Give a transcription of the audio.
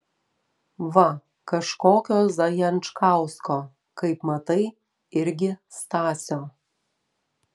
va kažkokio zajančkausko kaip matai irgi stasio